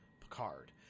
Picard